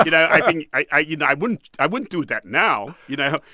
i think i you know, i wouldn't i wouldn't do that now, you know?